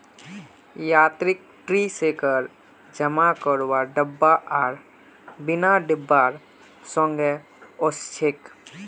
यांत्रिक tree shaker जमा रखवार डिब्बा आर बिना डिब्बार संगे ओसछेक